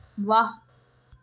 वाह्